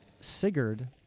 Sigurd